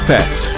Pets